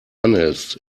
anhältst